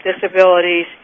disabilities